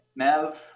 MEV